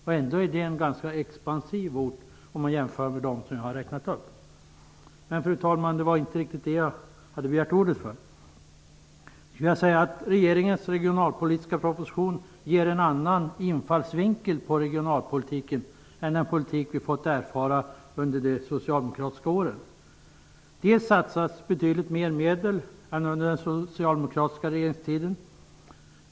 Sundsvall är ändå en ganska expansiv ort i jämförelse med dem som jag har räknat upp. Fru talman! Det var inte riktigt för att säga detta som jag begärde ordet. Regeringens regionalpolitiska proposition ger en annan infallsvinkel på regionalpolitiken än den politik som vi har fått erfara under de socialdemokratiska åren. Det satsas betydligt mer medel än under den socialdemokratiska regeringstiden.